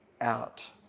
out